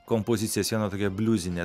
kompozicijas vieną tokią bliuzinę